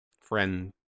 friend